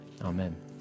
Amen